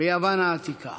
ביוון העתיקה.